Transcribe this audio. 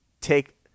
take